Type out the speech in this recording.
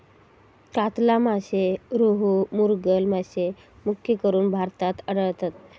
कातला मासे, रोहू, मृगल मासे मुख्यकरून भारतात आढळतत